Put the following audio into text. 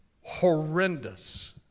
horrendous